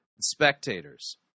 spectators